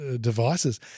devices